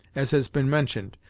as has been mentioned,